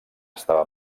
estava